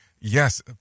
yes